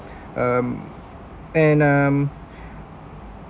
um and um